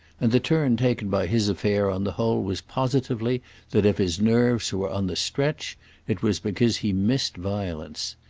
and the turn taken by his affair on the whole was positively that if his nerves were on the stretch it was because he missed violence.